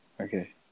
okay